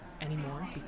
anymore